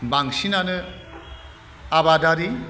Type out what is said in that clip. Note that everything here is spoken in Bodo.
बांसिनानो आबादारि